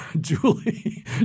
Julie